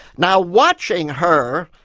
now watching her,